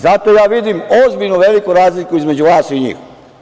Zato ja vidim ozbiljnu veliku razliku između vas i njih.